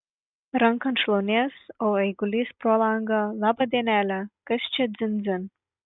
ranką ant šlaunies o eigulys pro langą labą dienelę kas čia dzin dzin